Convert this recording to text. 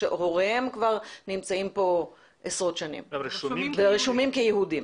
שהוריהם כבר נמצאים פה עשרות שנים ורשומים כיהודים.